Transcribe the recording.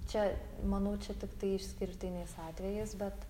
čia manau čia tiktai išskirtiniais atvejiais bet